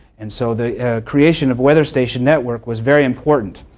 and so the creation of weather station network was very important.